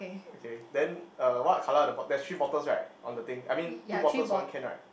okay then uh what colour are the bo~ there's three bottles right on the thing I mean two bottles one can right